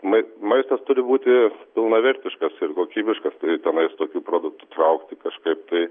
mai maistas turi būti pilnavertiškas ir kokybiškas tai tenais tokių produktų traukti kažkaip tai